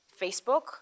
Facebook